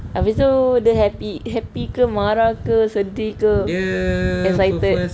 habis tu dia happy happy ke marah ke sedih ke excited